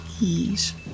ease